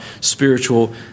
spiritual